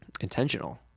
intentional